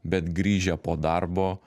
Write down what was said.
bet grįžę po darbo